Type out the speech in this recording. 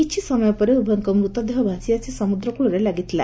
କିଛି ସମୟପରେ ଉଭୟଙ୍ଙ ମୃତଦେହ ଭାସିଆସି ସମୁଦ୍ର କୁଳରେ ଲାଗିଥିଲା